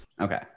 Okay